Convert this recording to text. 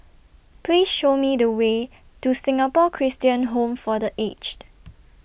Please Show Me The Way to Singapore Christian Home For The Aged